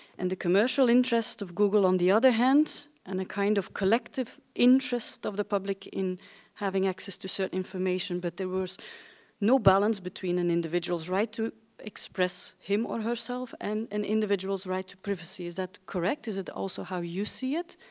and the commercial interest of google on the other hand, and a kind of collective interest of the public in having access to certain information. but there was no balance between an individual's right to express him or herself and an individual's right to privacy. is that correct? is that also how you see it?